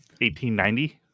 1890